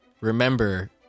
remember